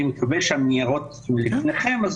אני מקווה שהניירות נמצאים לפניכם.